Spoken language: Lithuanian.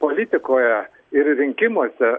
politikoje ir rinkimuose